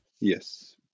Yes